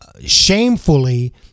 shamefully